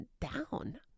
down